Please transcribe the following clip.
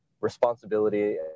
responsibility